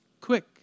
quick